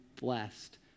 blessed